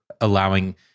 allowing